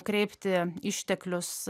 kreipti išteklius